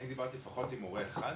אני דיברתי לפחות עם אמא אחת,